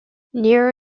near